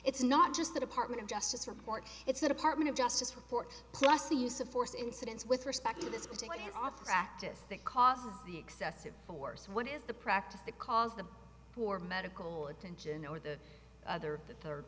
it's not just the department of justice report it's a department of justice report plus the use of force incidents with respect to this particular off practice that causes the excessive force what is the practice that cause the poor medical attention or the other the third